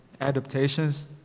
adaptations